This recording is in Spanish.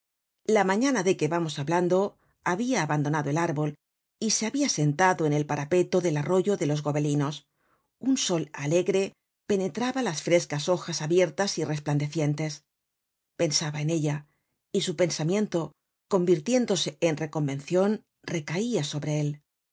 la mañana de que vamos hablando babia abandonado el árbol y se habia sentado en el parapeto del arroyo de los gobelinos un sol alegre penetraba las frescas hojas abiertas y resplandecientes pensaba en ella y su pensamiento convirtiéndose en reconvencion recaia sobre él